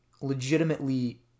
legitimately